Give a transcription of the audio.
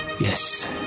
Yes